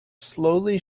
slowly